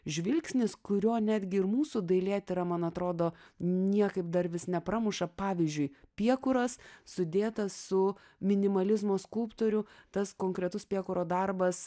žvilgsnis kurio netgi ir mūsų dailėtyra man atrodo niekaip dar vis nepramuša pavyzdžiui piekuras sudėtas su minimalizmo skulptorių tas konkretus piekuro darbas